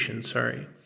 Sorry